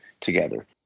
together